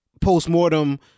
Post-mortem